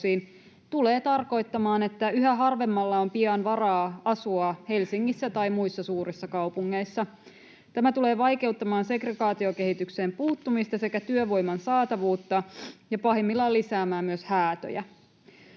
tulevat tarkoittamaan, että yhä harvemmalla on pian varaa asua Helsingissä tai muissa suurissa kaupungeissa. Tämä tulee vaikeuttamaan segregaatiokehitykseen puuttumista sekä työvoiman saatavuutta ja pahimmillaan lisäämään myös häätöjä.